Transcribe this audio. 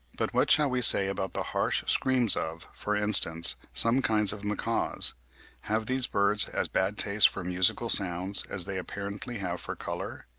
but what shall we say about the harsh screams of, for instance, some kinds of macaws have these birds as bad taste for musical sounds as they apparently have for colour,